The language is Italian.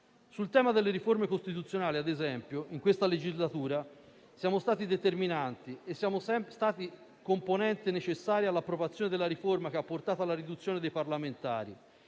Sul tema delle riforme costituzionali, ad esempio, in questa legislatura siamo stati determinanti e siamo sempre stati componente necessaria all'approvazione della riforma che ha portato alla riduzione dei parlamentari,